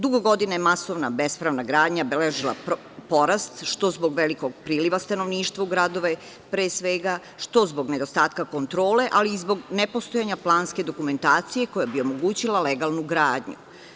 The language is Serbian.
Dugo godina je masovna bespravna gradnja beležila porast, što zbog velikog priliva stanovništva u gradove, pre svega, što zbog nedostatka kontrole, ali i zbog nepostojanja planske dokumentacije koja bi omogućila legalnu gradnju.